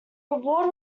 reward